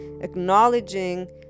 acknowledging